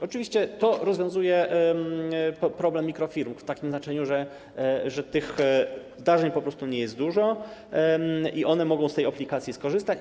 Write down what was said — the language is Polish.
Oczywiście to rozwiązuje problem mikrofirm w takim znaczeniu, że tych zdarzeń po prostu nie jest dużo i one mogą z tej aplikacji skorzystać.